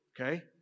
Okay